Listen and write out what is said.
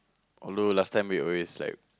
although last time we always like